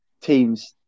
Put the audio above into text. teams